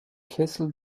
kessel